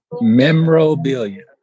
memorabilia